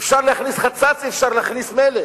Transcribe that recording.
אפשר להכניס חצץ ואפשר להכניס מלט.